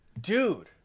Dude